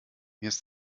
ist